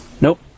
Nope